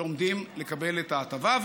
שעומדים לקבל את ההטבה.